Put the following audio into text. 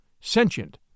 sentient